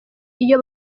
iyo